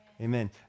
Amen